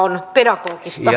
on pedagogista